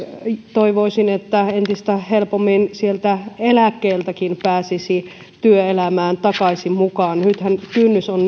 toivoisin että entistä helpommin eläkkeeltäkin pääsisi työelämään takaisin mukaan nythän kynnys on